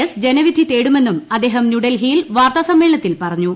S ജനവിധി തേടുമെന്നും അദ്ദേഹം ന്യൂഡൽഹിയിൽ വാർത്താസമ്മേളനത്തിൽ പറഞ്ഞു